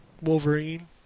Wolverine